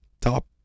top